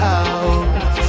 out